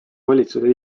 valitsuse